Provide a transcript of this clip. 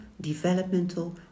developmental